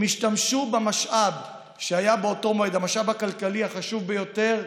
הם השתמשו במשאב שהיה באותו מועד המשאב הכלכלי החשוב ביותר,